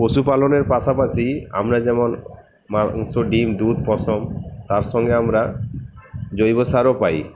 পশুপালনের পাশাপাশি আমরা যেমন মাংস ডিম দুধ পশম তার সঙ্গে আমরা জৈব সারও পাই